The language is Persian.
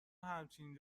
همچین